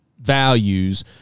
values